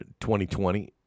2020